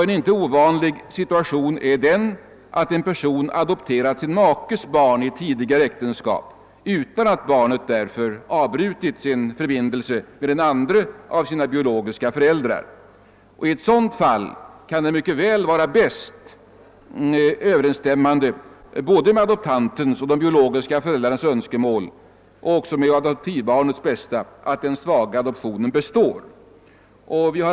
En icke ovanlig situation är den, att en person adopterat sin makes barn i tidigare äktenskap utan att barnet därför avbrutit sin förbindelse med den andre av sina biologiska föräldrar. I ett sådant fall kan det mycket väl vara bäst överensstämmande med både adoptantens och de biologiska föräldrarnas önskemål — och också med adoptivbarnets bästa — att den svaga adoptionen består.